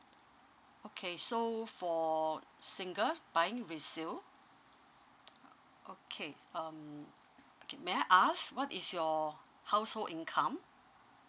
okay so for single buying resale okay um okay may I ask what is your household income